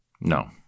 No